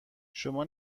شما